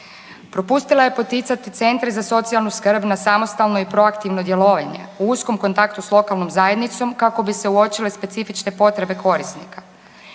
Propustila je poticati centre za socijalnu skrb na samostalno i proaktivno djelovanje u uskom kontaktu s lokalnom zajednicom kako bi se uočile specifične potrebe korisnika.